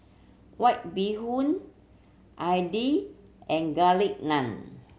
White Bee Hoon idly and Garlic Naan